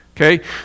Okay